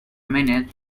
minute